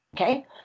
okay